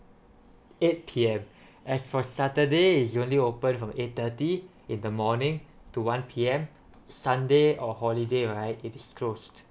eight P_M as for saturday is only open from eight thirty in the morning to one P_M sunday or holiday right it is closed